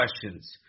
questions